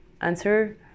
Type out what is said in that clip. answer